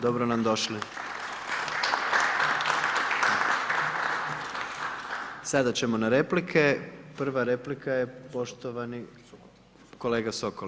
Dobro nam došli. Sada ćemo na replike, prva replika je poštovani kolega Sokol.